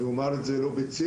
אני אומר את זה לא בציניות,